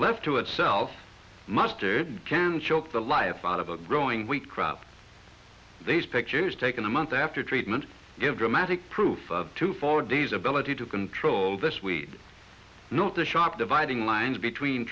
left to itself mustard can choke the life out of a growing wheat crop these pictures taken a month after treatment give dramatic proof of two four days ability to control this weed not a sharp dividing lines between